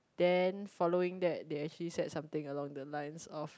then following that they actually said something along the lines of